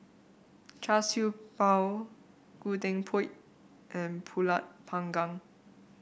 Char Siew Bao Gudeg Putih and pulut panggang